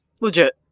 Legit